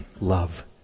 love